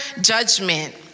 judgment